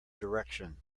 direction